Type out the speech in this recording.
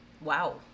Wow